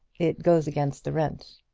it goes against the rent.